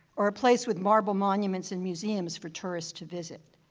or a place with marble monuments and museums for tourists to visit,